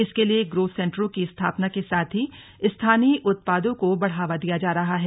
इसके लिये ग्रोथ सेन्टरों की स्थापना के साथ ही स्थानीय उत्पादों को बढ़ावा दिया जा रहा है